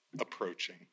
approaching